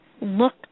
look